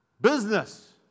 Business